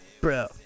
Bro